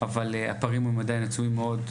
אבל הפערים הם עדיין עצומים מאוד.